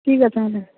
ঠিক আছে